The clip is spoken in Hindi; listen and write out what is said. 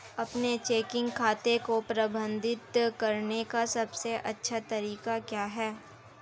अपने चेकिंग खाते को प्रबंधित करने का सबसे अच्छा तरीका क्या है?